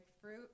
fruit